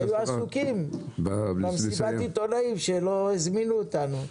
הם היו עסוקים במסיבת עיתונאים ולא הזמינו אותנו,